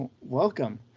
welcome